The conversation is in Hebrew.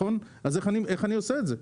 אז איך אני עושה את זה?